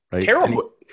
Terrible